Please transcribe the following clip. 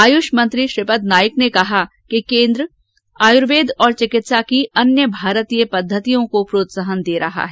आयुष मंत्री श्रीपद नाइक ने कहा कि केंद्र आयुर्वेद और चिकित्सा की अन्य भारतीय प्रणालियों को प्रोत्साहन दे रहा है